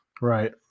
Right